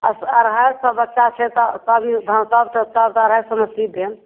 आ अढ़ाइ सए बच्चा छै तऽ तबक्षभी हँ तब तऽ तब तऽ अढ़ाइ सएमे सीब देब